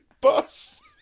bus